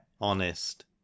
honest